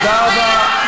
תודה רבה.